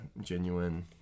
genuine